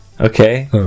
Okay